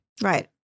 Right